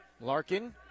Larkin